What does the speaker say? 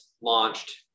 launched